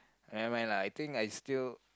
never mind lah I think I still